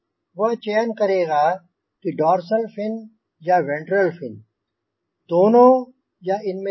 वह चयन करेगा डोर्सल फिन या वेंट्रल फिन दोनों या इनमें से एक